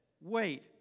Wait